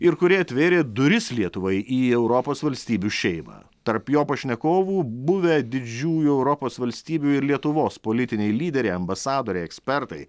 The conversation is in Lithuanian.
ir kurie atvėrė duris lietuvai į europos valstybių šeimą tarp jo pašnekovų buvę didžiųjų europos valstybių ir lietuvos politiniai lyderiai ambasadoriai ekspertai